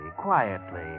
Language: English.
quietly